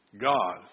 God